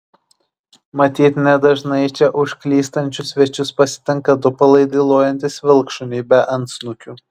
matyt nedažnai čia užklystančius svečius pasitinka du palaidi lojantys vilkšuniai be antsnukių